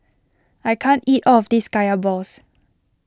I can't eat all of this Kaya Balls